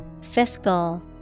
Fiscal